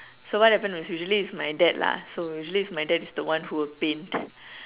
so what happen was usually it's my dad lah so usually it's my dad who would paint